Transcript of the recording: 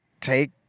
take